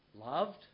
Loved